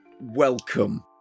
welcome